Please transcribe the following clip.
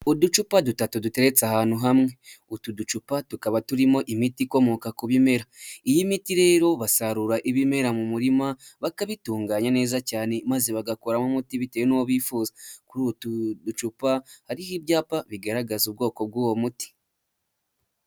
Uducupa dutatu duteretse ahantu hamwe, utu ducupa tukaba turimo imiti ikomoka ku bimera iyi miti rero basarura ibimera mu murima bakabitunganya neza cyane maze bagakuramo umuti bitewe nuwo bifuza, kurutu ducupa hariho ibyapa bigaragaza ubwoko bw'uwo muti.